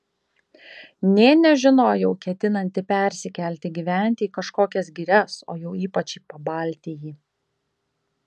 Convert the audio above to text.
nė nežinojau ketinanti persikelti gyventi į kažkokias girias o jau ypač į pabaltijį